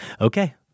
Okay